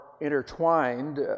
intertwined